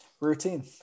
Routine